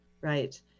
right